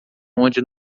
onde